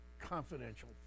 confidential